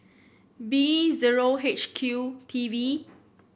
B zero H Q T V